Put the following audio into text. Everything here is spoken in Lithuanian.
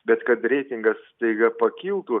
bet kad reitingas staiga pakiltų